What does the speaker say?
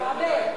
בוודאי.